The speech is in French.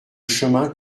chemin